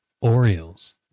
Orioles